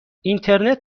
اینترنت